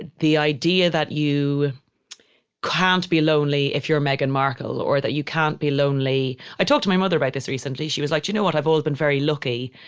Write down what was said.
the idea that you can't be lonely if you're meghan markle or that you can't be lonely. i talked to my mother about this recently. she was like, you know what? i've always been very lucky.